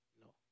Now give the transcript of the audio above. No